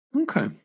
Okay